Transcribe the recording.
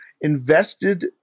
invested